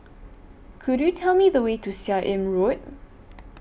Could YOU Tell Me The Way to Seah Im Road